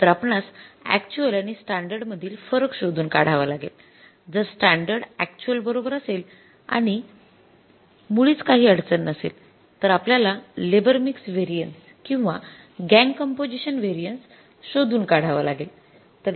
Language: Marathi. तर आपणास अक्च्युअल आणि स्टँडर्ड मधील फरक शोधून काढावा लागेल जर स्टँडर्ड अक्च्युअल बरोबर असेल आणि मुळीच काही अडचण नसेल तर आपल्याला लेबर मिक्स व्हेरिएन्सेस किंवा गॅंग कंपोझिशन व्हेरिएन्सेस शोधून काढावा लागेल